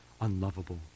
unlovable